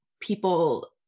people